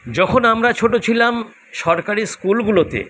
যখন আমরা ছোট ছিলাম সরকারি স্কুলগুলোতে